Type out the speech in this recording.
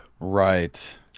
Right